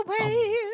away